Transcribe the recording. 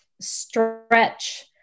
stretch